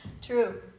True